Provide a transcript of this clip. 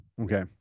Okay